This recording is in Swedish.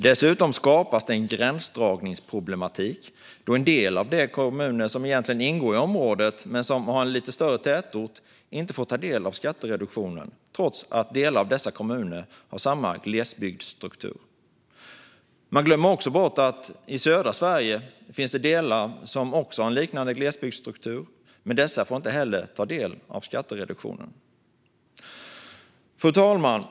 Dessutom skapas det en gränsdragningsproblematik, då en del av de kommuner som egentligen ingår i området men som har en lite större tätort inte får ta del av skattereduktionen trots att delar av dessa kommuner har samma glesbygdsstruktur. Man glömmer också bort att det i södra Sverige också finns delar som har en liknande glesbygdsstruktur, men dessa får inte heller ta del av skattereduktionen. Fru talman!